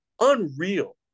Unreal